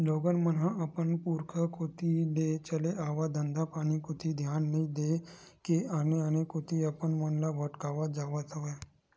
लोगन मन ह अपन पुरुखा कोती ले चले आवत धंधापानी कोती धियान नइ देय के आने आने कोती अपन मन ल भटकावत जावत हवय